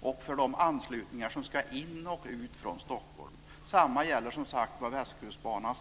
och för de anslutningar som ska in och ut ur Stockholm. Detsamma gäller som sagt var Västkustbanan.